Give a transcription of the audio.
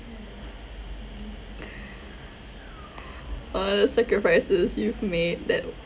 all the sacrifices you've made that's